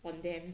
one of them